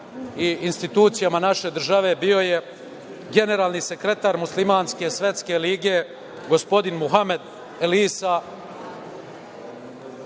i institucijama naše države bio je generalni sekretar Muslimanske svetske lige, gospodin Muhamed El Isa,